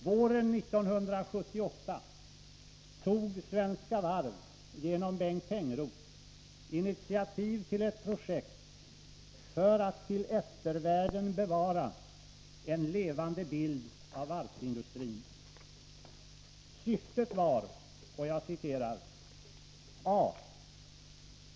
Våren 1978 tog Svenska Varv, genom Bengt Tengroth, initiativ till ett projekt för att till eftervärlden bevara en levande bild av varvsindustrin. Syftet var: ”a.